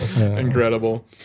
Incredible